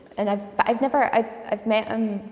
and i've, but i've never. i've i've met him,